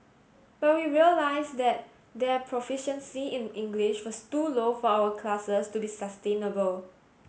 but we realised that that their proficiency in English was too low for our classes to be sustainable